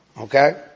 Okay